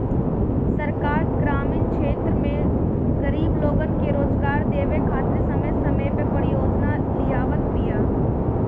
सरकार ग्रामीण क्षेत्र में गरीब लोग के रोजगार देवे खातिर समय समय पअ परियोजना लियावत बिया